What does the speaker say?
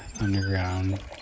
underground